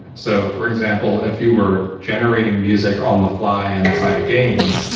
so, for example, if you were generating music on the fly inside a game,